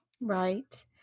Right